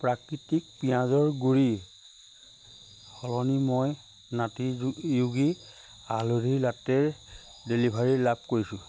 প্ৰাকৃতিক পিঁয়াজৰ গুড়িৰ সলনি মই নাটী য়োগী হালধি লাটেৰ ডেলিভাৰী লাভ কৰিছোঁ